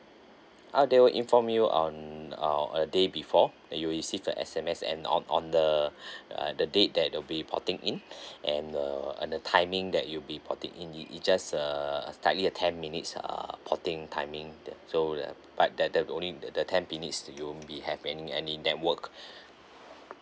ah they will inform you on or a day before that you'll receive the S_M_S and on on the uh the date that would be porting in and uh uh the timing that you'd be porting it it just uh slightly a ten minutes uh porting timing the so the but that that only the ten minutes you won't have any any network